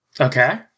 Okay